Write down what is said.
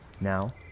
Now